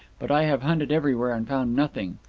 but i have hunted everywhere and found nothing.